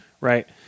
right